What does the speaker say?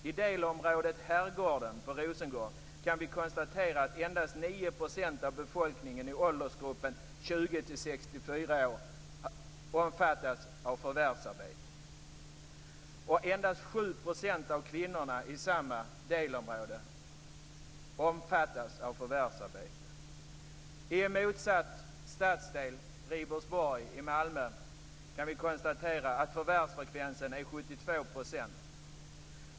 I delområdet Herrgården på Rosengård kan vi konstatera att endast 9 % av befolkningen i åldersgruppen 20-64 år omfattas av förvärvsarbete, och att endast 7 % av kvinnorna i samma delområde omfattas av förvärvsarbete. I en motsatt stadsdel, Ribersborg i Malmö, kan vi konstatera att förvärvsfrekvensen är 72 %.